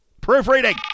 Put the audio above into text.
proofreading